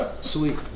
sweet